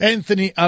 Anthony